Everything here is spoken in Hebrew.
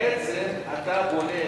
בעצם אתה בונה,